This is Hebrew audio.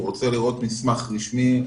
הוא רוצה לראות מסמך רשמי.